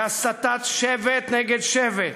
להסתת שבט נגד שבט,